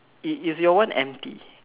is is your one empty